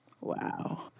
Wow